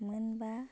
मोनबा